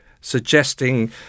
suggesting